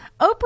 Oprah